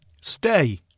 Stay